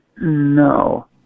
no